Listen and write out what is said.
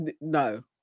no